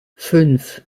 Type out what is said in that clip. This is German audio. fünf